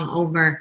over